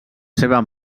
seva